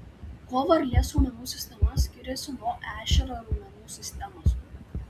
kuo varlės raumenų sistema skiriasi nuo ešerio raumenų sistemos